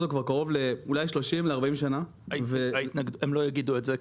כבר אולי 30-40 שנה --- הם לא יגידו את זה,